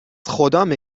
خدامه